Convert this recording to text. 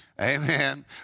amen